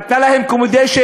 נתנה להם accommodation,